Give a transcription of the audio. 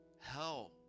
hell